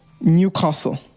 Newcastle